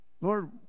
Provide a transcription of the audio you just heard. Lord